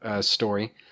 story